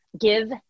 give